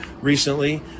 recently